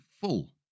full